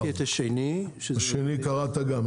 את השני הקראת גם.